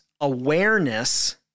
awareness